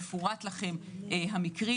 מפורטים המקרים.